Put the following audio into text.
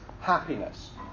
happiness